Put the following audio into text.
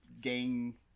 gang